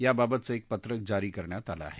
याबाबतचं एक पत्रक जारी करण्यात आलं आहे